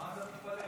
מה אתה מתפלא?